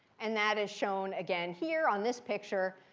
and that is shown, again, here on this picture,